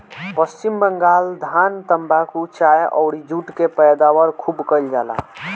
पश्चिम बंगाल धान, तम्बाकू, चाय अउरी जुट के पैदावार खूब कईल जाला